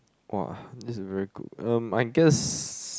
!wah! this is very good um I guess